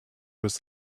was